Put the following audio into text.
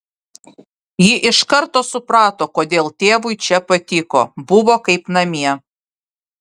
ji iš karto suprato kodėl tėvui čia patiko buvo kaip namie